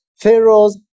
Pharaoh's